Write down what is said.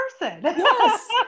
Yes